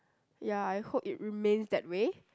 ya I hope it remains that way